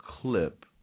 clip